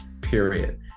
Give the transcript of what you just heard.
period